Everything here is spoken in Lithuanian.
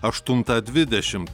aštuntą dvidešimt